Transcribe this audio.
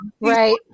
right